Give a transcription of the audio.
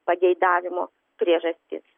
pageidavimo priežastis